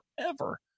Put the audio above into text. forever